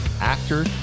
actor